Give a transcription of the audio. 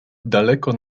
daleko